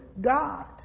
God